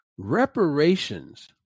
reparations